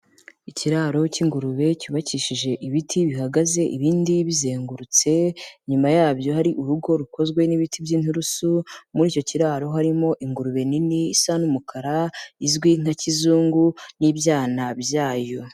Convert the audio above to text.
Ikiraro k'ingurube cyubakishije ibiti bihagaze ibindi bizengurutse, inyuma yabyo hari urugo rukozwe n'ibiti by'inturusu, muri icyo kiraro harimo ingurube nini isa n'umukara izwi nka kizungu n'ibyana byayo.